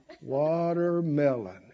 Watermelon